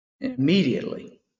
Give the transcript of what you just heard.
Immediately